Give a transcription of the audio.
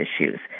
issues